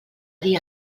dir